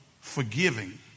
forgiving